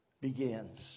begins